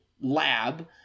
lab